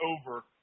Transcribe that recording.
over